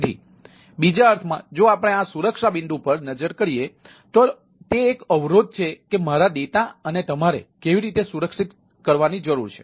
તેથી બીજા અર્થમાં જો આપણે આ સુરક્ષા બિંદુ પર નજર કરીએ તો તે એક અવરોધ છે કે મારા ડેટા અને તમારે કેવી રીતે સુરક્ષિત કરવાની જરૂર છે